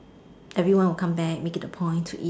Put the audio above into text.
everyone will come back make it a point to eat